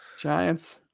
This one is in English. Giants